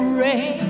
rain